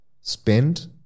spend